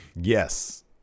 Yes